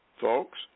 folks